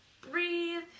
Breathe